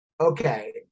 okay